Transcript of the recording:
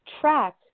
track